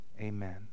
Amen